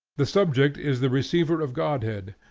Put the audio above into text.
the subject is the receiver of godhead,